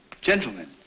Gentlemen